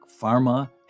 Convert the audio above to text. pharma